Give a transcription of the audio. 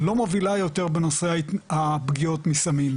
לא מובילה יותר בנושא הפגיעות מסמים,